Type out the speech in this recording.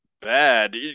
bad